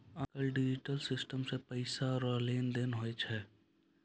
आज कल digital system से पैसा रो लेन देन हुवै छै